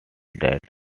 that